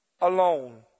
alone